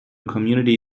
community